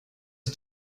ich